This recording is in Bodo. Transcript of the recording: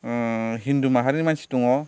हिन्दु माहारिनि मानसि दङ